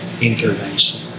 intervention